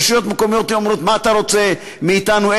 הרשויות המקומיות אומרות: מה אתה רוצה מאתנו?